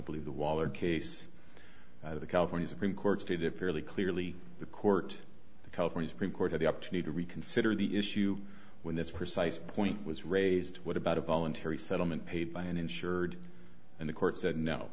believe the wall or case of the california supreme court stated fairly clearly the court the california supreme court had the up to need to reconsider the issue when this precise point was raised what about a voluntary settlement paid by an insured and the court said no